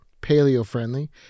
paleo-friendly